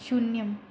शून्यम्